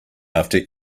after